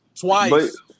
twice